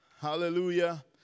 hallelujah